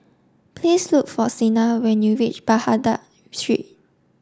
please look for Sina when you reach Baghdad Street